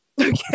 okay